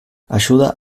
ayuda